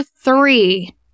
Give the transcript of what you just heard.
three